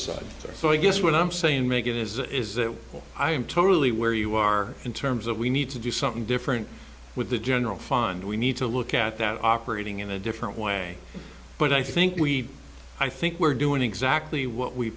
aside so i guess what i'm saying make it is is that i am totally where you are in terms of we need to do something different with the general fund we need to look at that operating in a different way but i think we i think we're doing exactly what we